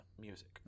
music